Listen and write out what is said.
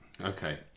Okay